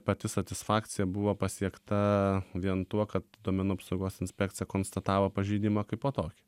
pati satisfakcija buvo pasiekta vien tuo kad duomenų apsaugos inspekcija konstatavo pažeidimą kaipo tokį